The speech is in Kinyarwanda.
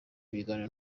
ibiganiro